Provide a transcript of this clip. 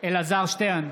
אלעזר שטרן,